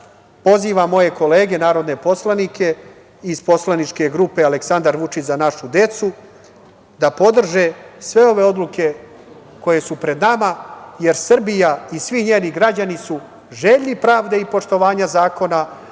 pozivam moje kolege narodne poslanike iz poslaničke grupe „Aleksandar Vučić – Za našu decu“, da podrže sve ove odluke koje su pred nama, jer Srbija i svi njeni građani su željni pravde i poštovanja zakona,